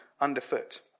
underfoot